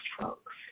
folks